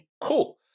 cool